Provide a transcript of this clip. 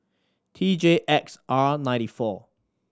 T J X R ninety four